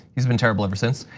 he's been terrible ever since.